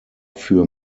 für